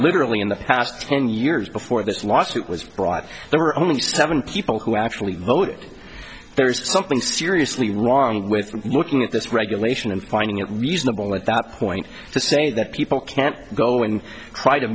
literally in the past ten years before this lawsuit was brought there were only seven people who actually voted there's something seriously wrong with looking at this regulation and finding it reasonable at that point to say that people can't go and try to